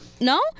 No